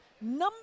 Number